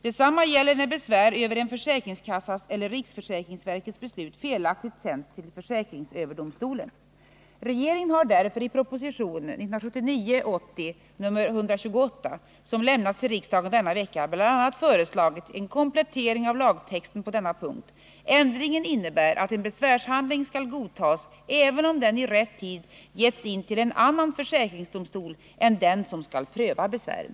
Detsamma gäller när besvär över en försäkringskassas eller riksförsäkringsverkets beslut felaktigt sänds till försäkringsöverdomstolen. Regeringen har därför i proposition 1979/80:128, som lämnats till riksdagen denna vecka, bl.a. föreslagit en komplettering av lagtexten på denna punkt. Ändringen innebär att en besvärshandling skall godtas även om den i rätt tid getts in till en annan försäkringsdomstol än den som skall pröva besvären.